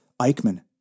Eichmann